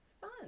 fun